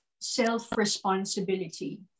self-responsibility